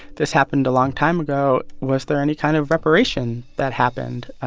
this happened a long time ago, was there any kind of reparation that happened?